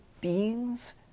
beings